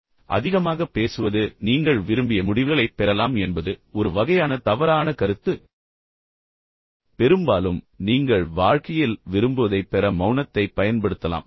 மேலும் அதிகமாகப் பேசுவது நீங்கள் விரும்பிய முடிவுகளைப் பெறலாம் என்பது ஒரு வகையான தவறான கருத்து ஆனால் பெரும்பாலும் நீங்கள் வாழ்க்கையில் விரும்புவதைப் பெற மௌனத்தைப் பயன்படுத்தலாம்